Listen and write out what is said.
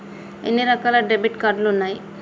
ఎన్ని రకాల debit card ఉన్నాయి?